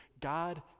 God